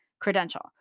credential